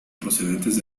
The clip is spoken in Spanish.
procedentes